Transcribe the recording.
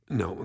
no